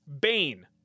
Bane